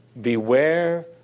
Beware